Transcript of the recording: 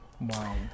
Wow